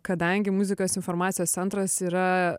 kadangi muzikos informacijos centras yra